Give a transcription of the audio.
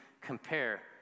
compare